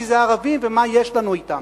כי זה ערבים ומה יש לנו אתם.